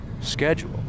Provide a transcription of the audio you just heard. schedule